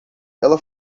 ela